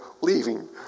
leaving